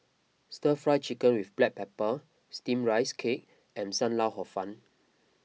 Stir Fry Chicken with Black Pepper Steamed Rice Cake and Sam Lau Hor Fun